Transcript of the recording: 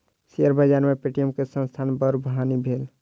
share बाजार में Paytm संस्थानक बड़ हानि भेल